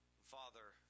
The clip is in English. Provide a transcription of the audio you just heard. father